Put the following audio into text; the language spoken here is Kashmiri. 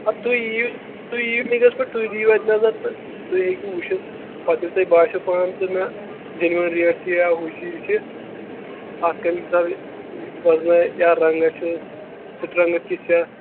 اَدٕ تُہۍ یِیِو تُہۍ یِیِو کِلنَس پٮ۪ٹھ تُہۍ دِیِو اَتہِ نظر تہٕ تُہۍ ہیٚکِو وُچھِتھ پَتہٕ ییٚلہِ تۄہہِ باسٮ۪و پانہٕ تہِ نا جنیون ریٹ چھِ یا ہُہ چھُ یہِ چھُ اَتھ کَمہِ حِسابہٕ وزنا یا رنٛگا چھُ سِٹرنٛگتھ کِژھ چھِ اَتھ